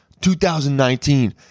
2019